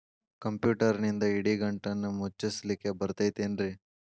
ಕಂಪ್ಯೂಟರ್ನಿಂದ್ ಇಡಿಗಂಟನ್ನ ಮುಚ್ಚಸ್ಲಿಕ್ಕೆ ಬರತೈತೇನ್ರೇ?